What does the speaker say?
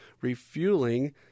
Refueling